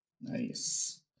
Nice